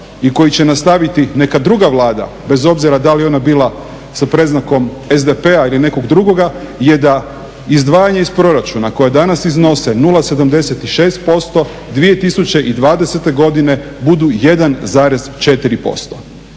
i koji će nastaviti neka druga Vlada, bez obzira da li ona bila sa predznakom SDP-a ili nekog drugoga je da izdvajanje iz proračuna koje danas iznose 0,76% 2020. godine budu 1,4%.